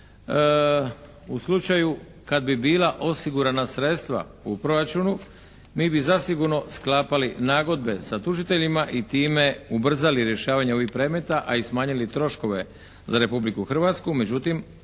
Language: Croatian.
u slučaju kad bi bila osigurana sredstva u proračunu, mi bi zasigurno sklapali nagodbe sa tužiteljima i time ubrzali rješavanje ovih predmeta, a i smanjili troškove za Republiku Hrvatsku,